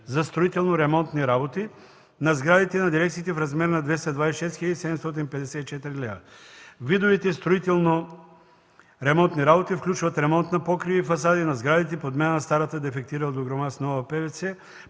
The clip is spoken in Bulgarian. за строително-ремонтни работи на сградите на дирекциите в размер на 226 754 лв. Видовете строително-ремонтни работи включват: ремонт на покриви и фасади на сградите; подмяна на старата, дефектирала дограма с нова PVC;